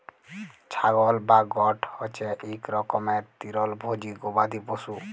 ছাগল বা গট হছে ইক রকমের তিরলভোজী গবাদি পশু